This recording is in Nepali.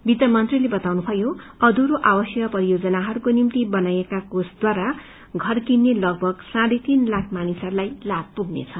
वित्तमन्त्रीले बताउनुभयो अधूरो आवासीय परियोजनाहरूको निम्ति बनाइएका कोषद्वारा घर किन्ने लगभग साढ्ने तीन लाख मानिसहरूलाई लाभ पुग्नेछ